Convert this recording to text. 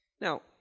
Now